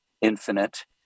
infinite